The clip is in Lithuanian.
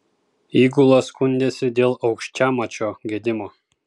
įgula skundėsi dėl aukščiamačio gedimo